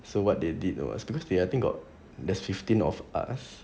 so what they did was because they I think got there's fifteen of us